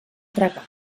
tragar